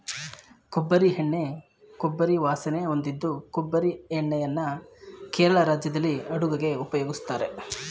ಕೊಬ್ಬರಿ ಎಣ್ಣೆ ಕೊಬ್ಬರಿ ವಾಸನೆ ಹೊಂದಿದ್ದು ಕೊಬ್ಬರಿ ಎಣ್ಣೆಯನ್ನು ಕೇರಳ ರಾಜ್ಯದಲ್ಲಿ ಅಡುಗೆಗೆ ಉಪಯೋಗಿಸ್ತಾರೆ